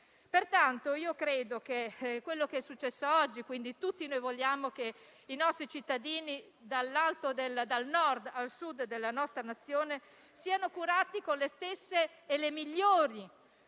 sotto controllo. Tutti noi vogliamo che i nostri cittadini, dal Nord al Sud della nostra Nazione, siano curati con le stesse e le migliori